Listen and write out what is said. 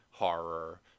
horror